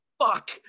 Fuck